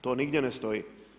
To nigdje ne stoji.